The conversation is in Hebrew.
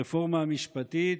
הרפורמה המשפטית,